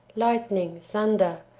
lightning, thunder,